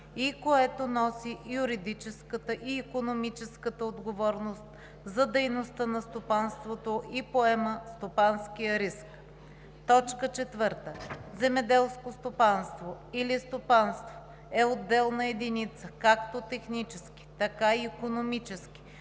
и което носи юридическата и икономическата отговорност за дейността на стопанството и поема стопанския риск. 4. „Земеделско стопанство“ или „стопанство“ е отделна единица както технически, така и икономически,